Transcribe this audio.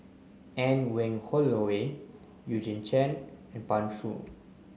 Anne Wong Holloway Eugene Chen and Pan Shou